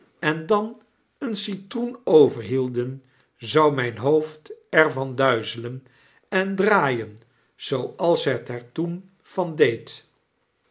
m dan een citroen overhielden zou mjjn hoofd er van duizelen en draaien zooals het er toen i'van deed